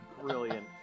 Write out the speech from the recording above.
Brilliant